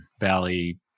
Valley